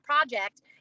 project